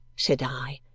said i,